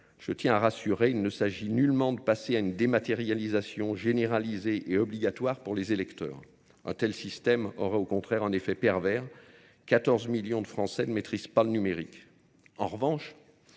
Je tiens à rassurer, il ne s'agit nullement de passer à une dématérialisation généralisée et obligatoire pour les électeurs. Un tel système aurait au contraire un effet pervers. 14 millions de Français ne maîtrisent pas le numérique.